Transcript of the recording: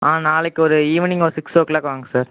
ஆ நாளைக்கு ஒரு ஈவினிங் ஒரு சிக்ஸ் ஓ க்ளாக் வாங்க சார்